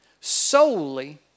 solely